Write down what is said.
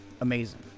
amazing